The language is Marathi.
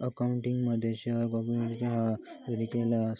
अकाउंटिंगमध्ये, शेअर कॅपिटल ह्या जारी केलेल्या